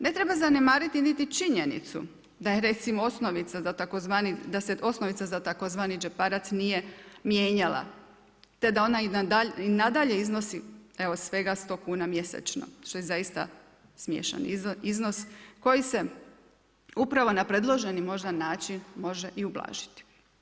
Ne treba zanemariti niti činjenicu da je recimo osnovica za tzv. da se osnovica za tzv. džeparac nije mijenjala te da ona i nadalje iznosi evo svega 100 kuna mjesečno što je zaista smiješan iznos koji se upravo na predloženi možda način može i ublažiti.